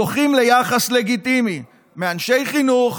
זוכים ליחס לגיטימי מאנשי חינוך,